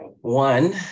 one